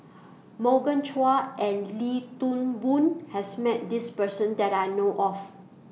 Morgan Chua and Wee Toon Boon has Met This Person that I know of